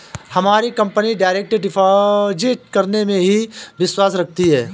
हमारी company direct deposit करने में ही विश्वास रखती है